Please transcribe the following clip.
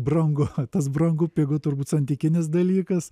brangu tas brangu pigu turbūt santykinis dalykas